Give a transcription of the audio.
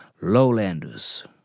lowlanders